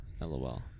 Lol